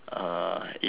if I